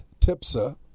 Tipsa